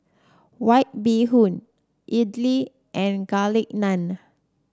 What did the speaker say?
White Bee Hoon idly and Garlic Naan